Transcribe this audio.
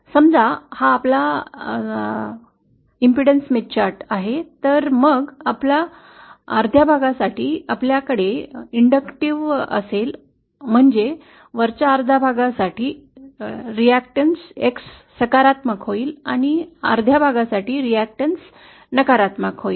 समजा हा आपला प्रतिबाधा स्मिथ चार्ट आहे तर मग आपल अर्ध्या भागासाठी आपल्याकडे प्रेरक असेल म्हणजे वरच्या अर्ध्या भागासाठी रिऍक्टन्स X सकारात्मक होईल आणि अर्ध्या भागासाठी रिएक्शनन्स X नकारात्मक असेल